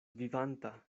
vivanta